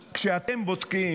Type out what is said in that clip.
כשאתם בודקים,